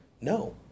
No